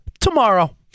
Tomorrow